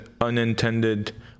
unintended